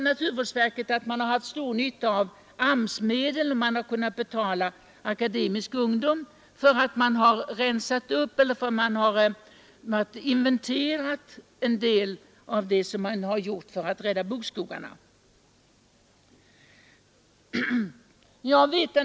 Naturvårdsverket säger sig ha haft mycket stor nytta av AMS-medel, med vilka man har kunnat betala unga akademiker, som har rensat upp och inventerat i samband med räddningen av bokskogarna.